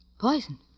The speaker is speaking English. Poison